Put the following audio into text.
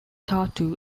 tartu